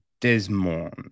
Desmond